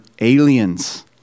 aliens